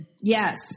Yes